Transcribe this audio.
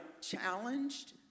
challenged